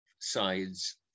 sides